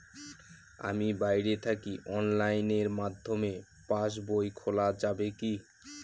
আমি বাইরে থাকি অনলাইনের মাধ্যমে পাস বই খোলা যাবে কি?